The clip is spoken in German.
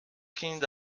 kind